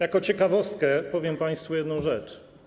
Jako ciekawostkę powiem państwu jedną rzecz.